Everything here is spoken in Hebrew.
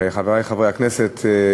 חברי חברי הכנסת,